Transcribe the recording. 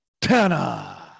Tana